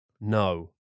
No